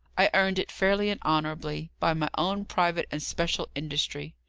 i earned it fairly and honourably, by my own private and special industry.